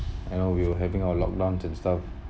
and now we're having our lockdown and stuff